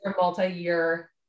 Multi-year